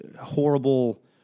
horrible